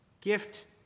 gift